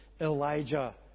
Elijah